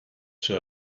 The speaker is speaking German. zur